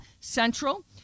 Central